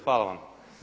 Hvala vam.